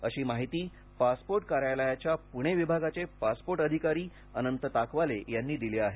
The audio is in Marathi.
अशी माहिती पासपोर्टच्या कार्यालयाच्या प्रणे विभागाचे पासपोर्ट अधिकारी अनंत ताकवाले यांनी दिली आहे